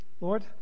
Lord